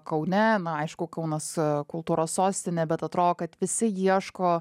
kaune na aišku kaunas kultūros sostine bet atrodo kad visi ieško